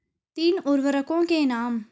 तीन उर्वरकों के नाम?